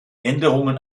änderungen